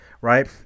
right